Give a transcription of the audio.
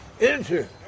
Enter